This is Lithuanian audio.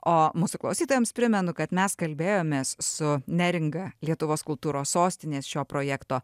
o mūsų klausytojams primenu kad mes kalbėjomės su neringa lietuvos kultūros sostinės šio projekto